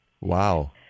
Wow